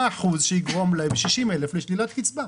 מה האחוז שיגרום ל-60,000 לשלילת קצבה?